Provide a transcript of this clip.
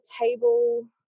table